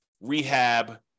rehab